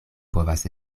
povas